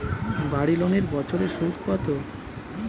বাড়ি লোনের বছরে সুদ কত?